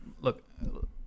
Look